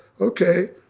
okay